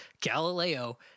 Galileo